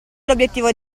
l’obiettivo